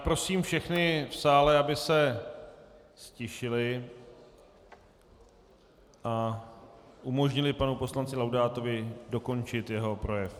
Prosím všechny v sále, aby se ztišili a umožnili panu poslanci Laudátovi dokončit svůj projev.